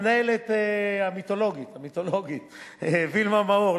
המנהלת המיתולוגית וילמה מאור,